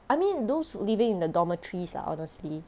I mean those living in the dormitories lah honestly